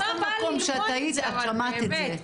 בכל מקום שאת היית את שמעת את זה.